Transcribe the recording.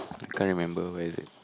can't remember where is it